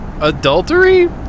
adultery